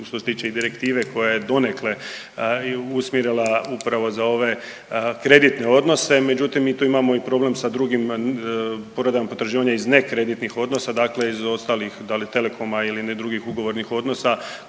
što se tiče i direktive koja je donekle usmjerila upravo za ove kreditne odnose. Međutim, mi tu imamo problem i sa drugim povredama potraživanja iz nekreditnih odnosa, dakle iz ostalih da li telekoma ili drugih ugovornih odnosa